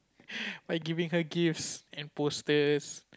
by giving her gifts and posters